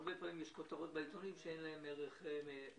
הרבה פעמים יש כותרות בעיתונים שאין להן ערך עובדתי,